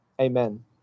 Amen